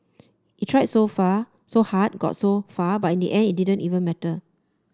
it tried so far so hard got so far but in the end it didn't even matter